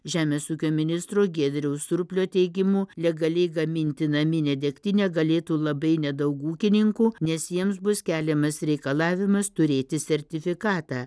žemės ūkio ministro giedriaus surplio teigimu legaliai gaminti naminę degtinę galėtų labai nedaug ūkininkų nes jiems bus keliamas reikalavimas turėti sertifikatą